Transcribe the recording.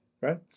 Right